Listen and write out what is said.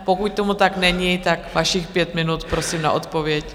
Pokud tomu tak není, tak vašich pět minut prosím na odpověď.